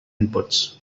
inputs